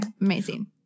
Amazing